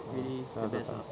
ya that was the times